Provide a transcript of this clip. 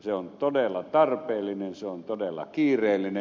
se on todella tarpeellinen se on todella kiireellinen